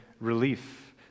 relief